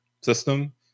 system